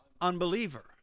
unbeliever